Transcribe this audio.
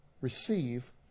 Receive